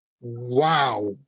Wow